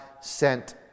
sent